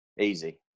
Easy